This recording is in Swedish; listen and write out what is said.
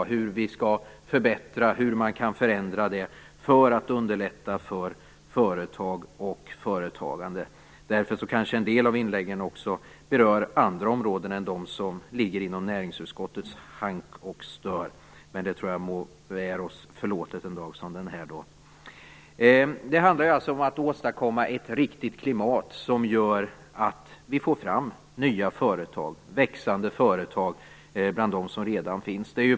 Vi diskuterar hur det skall förbättras och hur man kan förändra det för att underlätta för företag och företagande. Därför kanske en del av inläggen också berör andra områden än de som ligger inom näringsutskottets hank och stör. Men det tror jag är oss förlåtet en dag som denna. Det handlar om att åstadkomma ett riktigt klimat som gör att vi får fram nya företag, att vi får fram växande företag bland dem som redan finns.